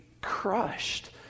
crushed